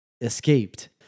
escaped